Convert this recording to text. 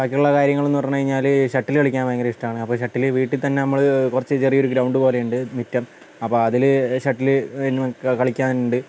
ബാക്കിയുള്ള കാര്യങ്ങൾ എന്ന് പറഞ്ഞ് കഴിഞ്ഞാൽ ഷട്ടിൽ കളിക്കാൻ ഭയങ്കര ഇഷ്ടമാണ് അപ്പം ഷട്ടില് വീട്ടിൽ തന്നെ നമ്മൾ കുറച്ച് ചെറിയ ഒരു ഗ്രൗണ്ട് പോലെ ഉണ്ട് മുറ്റം അപ്പം അതിൽ ഷട്ടില് എന്നും കളിക്കാനുണ്ട്